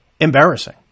embarrassing